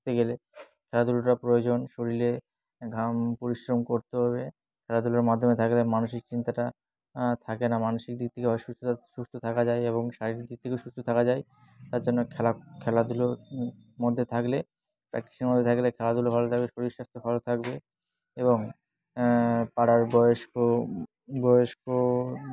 থাকতে গেলে খেলাধুলোটা প্রয়োজন শরীরে ঘাম পরিশ্রম করতে হবে খেলাধুলোর মাধ্যমে থাকলে মানসিক চিন্তাটা থাকে না মানসিক দিক থেকে অসুস্থ সুস্থ থাকা যায় এবং শারীরিক দিক থেকেও সুস্থ থাকা যায় তার জন্য খেলা খেলাধুলোর মধ্যে থাকলে প্র্যাকটিসের মধ্যে থাকলে খেলাধুলো ভালো থাকবে শরীর স্বাস্থ্য ভালো থাকবে এবং পাড়ার বয়স্ক বয়স্ক